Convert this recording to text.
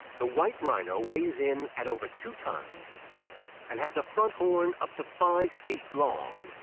the white rhino weighs in at over two tons and has a front horn up to five feet long.